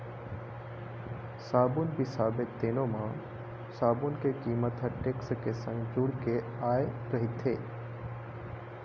साबून बिसाबे तेनो म साबून के कीमत ह टेक्स के संग जुड़ के आय रहिथे